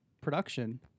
production